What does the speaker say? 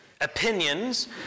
opinions